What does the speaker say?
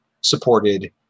supported